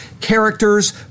characters